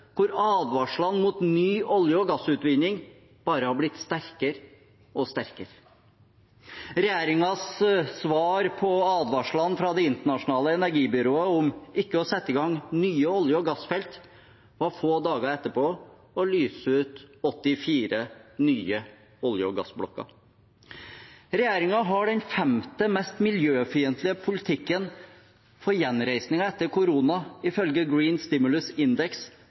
advarslene mot ny olje- og gassutvinning bare har blitt sterkere og sterkere. Regjeringens svar på advarslene fra Det internasjonale energibyrået om ikke å sette i gang nye olje- og gassfelt var få dager etterpå å lyse ut 84 nye olje- og gassblokker. Regjeringen har den femte mest miljøfiendtlige politikken for gjenreisningen etter korona, ifølge Greenness of Stimulus Index